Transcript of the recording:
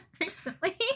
recently